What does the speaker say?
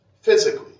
physically